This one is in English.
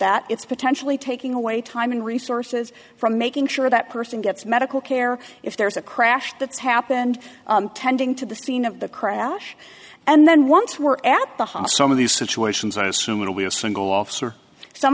it's potentially taking away time and resources from making sure that person gets medical care if there's a crash that's happened tending to the scene of the crash and then once we're at the hof some of these situations i assume it'll be a single officer some